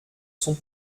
sont